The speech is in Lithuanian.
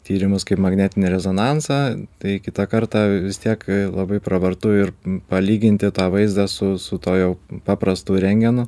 tyrimus kaip magnetinį rezonansą tai kitą kartą vis tiek labai pravartu ir palyginti tą vaizdą su su tuo jau paprastu rentgenu